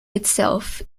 itself